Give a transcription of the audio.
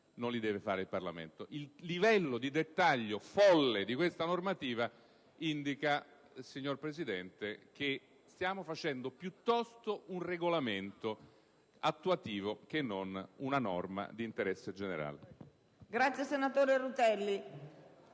non deve adottare anche i regolamenti. Il livello di dettaglio folle di questa normativa indica, signora Presidente, che stiamo facendo piuttosto un regolamento attuativo che non una normativa di carattere generale.